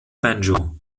banjo